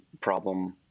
problem